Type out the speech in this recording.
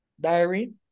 diary